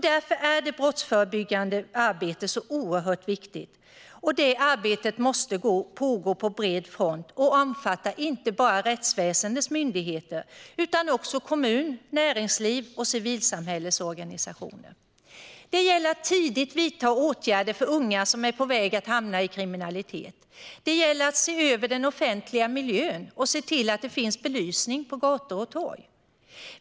Därför är det brottsförebyggande arbetet så oerhört viktigt, och det måste pågå på bred front och omfatta inte bara rättsväsendets myndigheter utan också kommuner, näringsliv och civilsamhällesorganisationer. Det gäller att tidigt vidta åtgärder för unga som är på väg att hamna i kriminalitet och att se över den offentliga miljön och se till att det finns belysning på gator och torg.